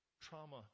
trauma